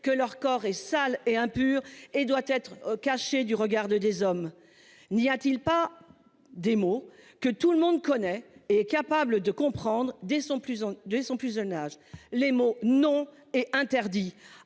que leur corps est sale et un pur et doit être caché du regard de des hommes. N'y a-t-il pas des mots que tout le monde connaît et capable de comprendre dès son plus en 2, son plus jeune âge les mots non est interdit.